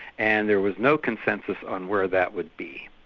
and there was no consensus on where that would be.